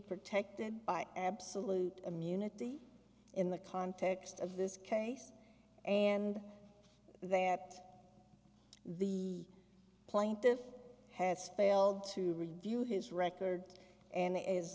protected by absolute immunity in the context of this case and that the plaintiff has failed to review his record and is